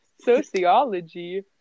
sociology